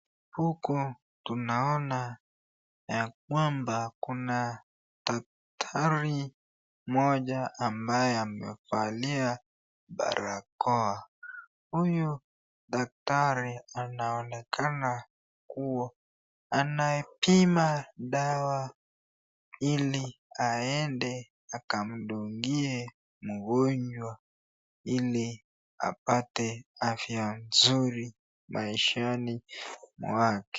Huku tunaona yakwamba kuna daktari mmoja ambaye amevalia barakoa. Huyu daktari anaonekana kuwa, anapima dawa ili aende akamdungie mgonjwa, ili apate afya nzuri maishani mwake.